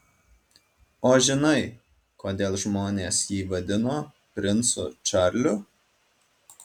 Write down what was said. o žinai kodėl žmonės jį vadino princu čarliu